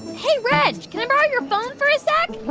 hey, reg, can i borrow your phone for a sec?